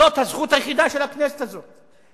זאת הזכות היחידה של הכנסת הזאת,